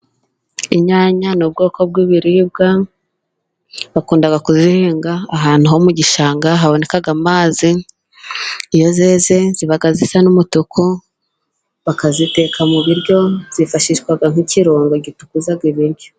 Inyanya ni bwoko bw'ibiribwa, bakunda kuzihinga ahantu ho mu gishanga haboneka amazi. Iyo zeze ziba zisa n'umutuku bakaziteka mu biryo, zifashishwa nk'ikirungo gitukuza ibiryo.